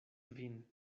vin